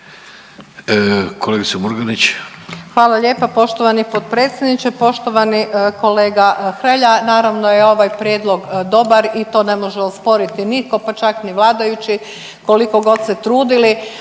Nada (HDZ)** Hvala lijepo poštovani potpredsjedniče. Poštovani kolega Hrelja, naravno je ovaj prijedlog dobar i to ne može osporiti nitko, pa čak ni vladajući koliko god se trudili.